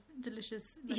delicious